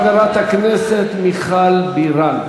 חברת הכנסת מיכל בירן.